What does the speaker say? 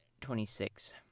twenty-six